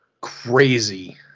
Crazy